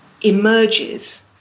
emerges